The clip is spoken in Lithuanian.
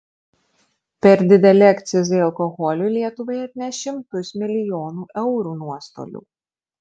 per dideli akcizai alkoholiui lietuvai atneš šimtus milijonų eurų nuostolių